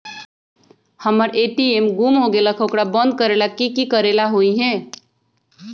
हमर ए.टी.एम गुम हो गेलक ह ओकरा बंद करेला कि कि करेला होई है?